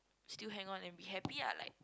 still hang on and be happy ah like